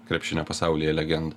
krepšinio pasaulyje legendą